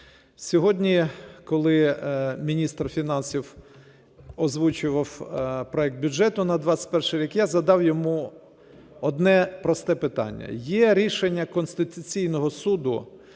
Сьогодні, коли міністр фінансів озвучував проект бюджету на 21-й рік, я задав йому одне просте питання. Є рішення Конституційного Суду